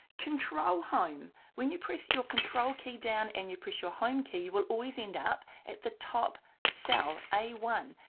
control home when you press your control key down and you press your home key you will always end up at the top cell, a one.